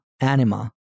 Anima